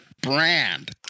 brand